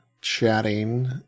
chatting